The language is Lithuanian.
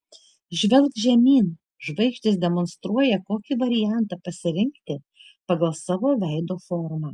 žvelk žemyn žvaigždės demonstruoja kokį variantą pasirinkti pagal savo veido formą